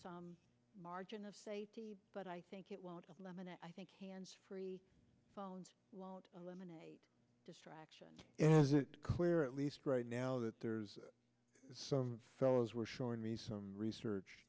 some margin of safety but i think it was a lemon i think hands free phones won't eliminate distraction is it clear at least right now that there's some fellows were showing me some research